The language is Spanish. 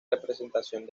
representación